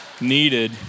needed